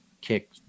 kick